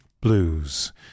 Blues